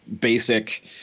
basic